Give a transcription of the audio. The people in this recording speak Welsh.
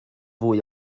fwy